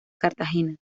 cartagena